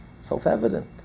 self-evident